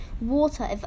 water